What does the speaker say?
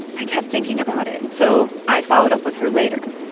i kept thinking about it, so. i followed up with her later.